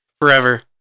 forever